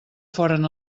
foren